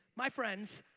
my friends,